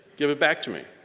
give it back to me.